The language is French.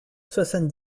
soixante